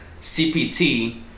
CPT